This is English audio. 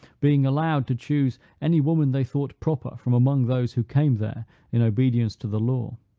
being allowed to choose any woman they thought proper from among those who came there in obedience to the law.